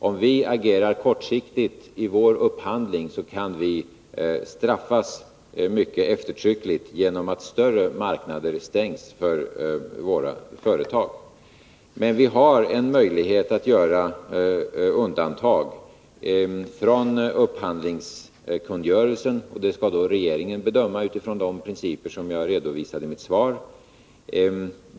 Om vi agerar kortsiktigt i vår upphandling, kan vi straffas mycket eftertryckligt genom att större marknader stängs för våra företag. Vi har en möjlighet att göra undantag från upphandlingskungörelsen. Det skall regeringen bedöma utifrån de principer som jag redovisade i mitt svar.